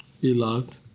Beloved